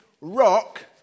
rock